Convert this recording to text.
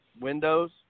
windows